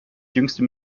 jüngste